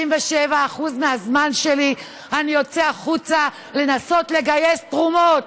ב-67% מהזמן שלי אני יוצא החוצה לנסות לגייס תרומות,